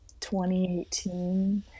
2018